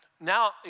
Now